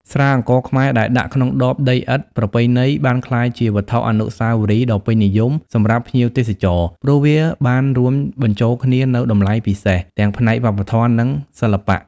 ស្រាអង្ករខ្មែរដែលដាក់ក្នុងដបដីឥដ្ឋប្រពៃណីបានក្លាយជាវត្ថុអនុស្សាវរីយ៍ដ៏ពេញនិយមសម្រាប់ភ្ញៀវទេសចរ ព្រោះវាបានរួមបញ្ចូលគ្នានូវតម្លៃពិសេសទាំងផ្នែកវប្បធម៌ និងសិល្បៈ។